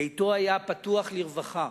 ביתו היה פתוח לרווחה.